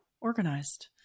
organized